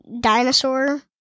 dinosaur